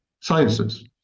sciences